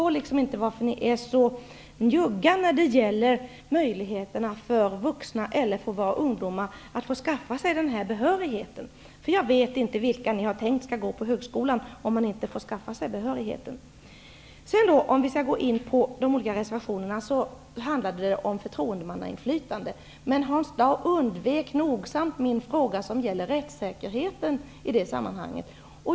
Jag förstår inte varför ni är så njugga när det gäller möjligheterna för vuxna eller för ungdomar att skaffa sig den behörigheten. Jag vet inte vilka det är som ni har tänkt skall gå på högskolan, om man inte får skaffa behörigheten. Om jag skall gå in på de olika reservationerna, handlar den första om förtroendemannainflytande, men Hans Dau undvek nogsamt min fråga om rättssäkerheten i det sammanhanget.